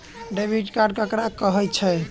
Debit card ककरा कहै छै?